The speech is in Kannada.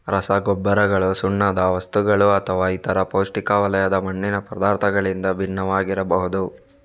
ರಸಗೊಬ್ಬರಗಳು ಸುಣ್ಣದ ವಸ್ತುಗಳುಅಥವಾ ಇತರ ಪೌಷ್ಟಿಕವಲ್ಲದ ಮಣ್ಣಿನ ಪದಾರ್ಥಗಳಿಂದ ಭಿನ್ನವಾಗಿರಬಹುದು